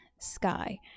sky